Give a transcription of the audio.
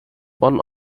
one